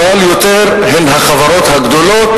אבל יותר הן החברות הגדולות,